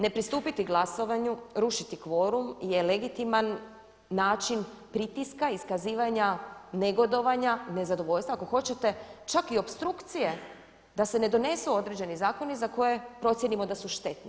Ne pristupiti glasovanju, rušiti kvorum je legitiman način pritiska, iskazivanja negodovanja, nezadovoljstva, ako hoćete čak i opstrukcije da se ne donesu određeni zakoni za koje procijenimo da su štetni.